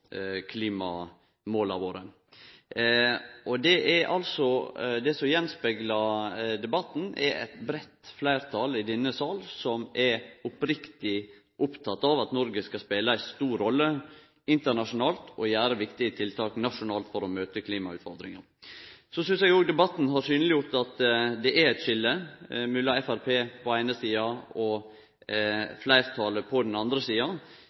klimamåla våre. Det som blir spegla att i debatten, er at eit breitt fleirtal i denne salen er oppriktig oppteke av at Noreg skal spele ei stor rolle internasjonalt og gjere viktige tiltak nasjonalt for å møte klimautfordringa. Eg synest òg debatten har synleggjort at det er eit skilje mellom Framstegspartiet på den eine sida og fleirtalet på den andre sida.